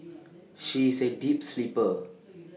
she is A deep sleeper